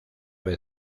vez